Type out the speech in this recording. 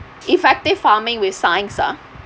effective farming with science ah